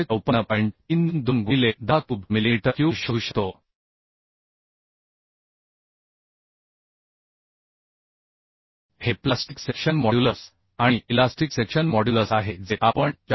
32 गुणिले 10 cube millimetre cube शोधू शकतो हे प्लास्टिक सेक्शन मॉड्युलस आणि इलास्टिक सेक्शन मॉड्युलस आहे जे आपण 488